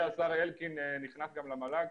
כשאלקין נכנס למל"ג.